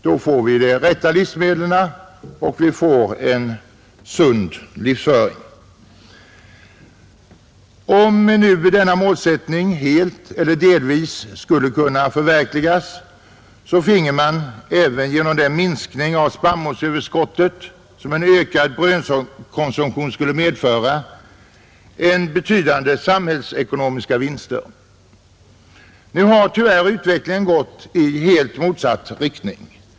Då får vi de rätta livsmedlen och en sund livsföring. Kan denna målsättning helt eller delvis förverkligas, får man även genom den minskning av spannmålsöverskottet som en ökad brödkonsumtion skulle innebära betydande samhällsekonomiska vinster. Utvecklingen har tyvärr gått i helt motsatt riktning.